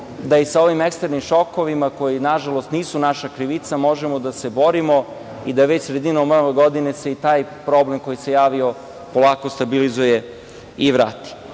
da i sa ovim eksternim šokovima koji nažalost nisu naša krivica, možemo da se borimo i da već sredinom ove godine se i taj problem koji se javio polako stabilizuje i